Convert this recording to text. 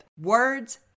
words